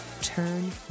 Turn